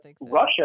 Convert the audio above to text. russia